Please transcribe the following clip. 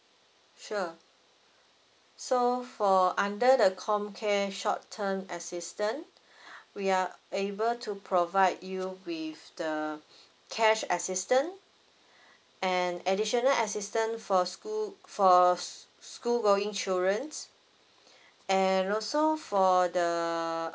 sure so for under the homecare short term assistant we are able to provide you with the cash assistant an dadditional assistant for school for school going childrens and also for the